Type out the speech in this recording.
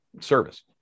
service